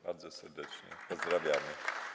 Bardzo serdecznie pozdrawiamy.